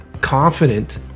confident